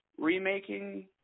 remaking